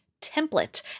template